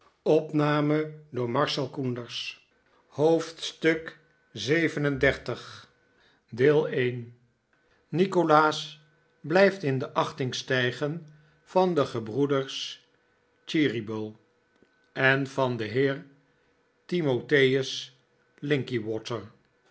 nikolaas blijft in de achting stijgen van de gebroeders cheeryble en van den heer timotheus